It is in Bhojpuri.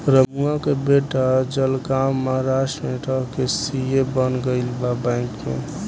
रमुआ के बेटा जलगांव महाराष्ट्र में रह के सी.ए बन गईल बा बैंक में